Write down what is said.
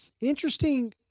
Interesting